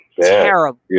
terrible